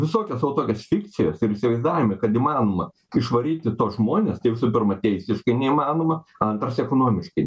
visokios va tokios fikcijos ir įsivaizdavimai kad įmanoma išvaryti tuos žmones tai visų pirma teisiškai neįmanoma antras ekonomiškai